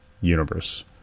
universe